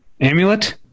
amulet